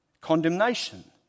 condemnation